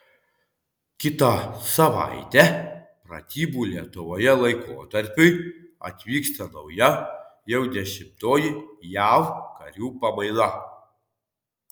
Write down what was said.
kitą savaitę pratybų lietuvoje laikotarpiui atvyksta nauja jau dešimtoji jav karių pamaina